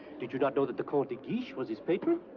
did you not know that the comte de guiche was his patron?